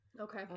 okay